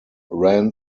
ran